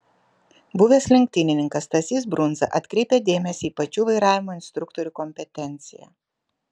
buvęs lenktynininkas stasys brundza atkreipia dėmesį į pačių vairavimo instruktorių kompetenciją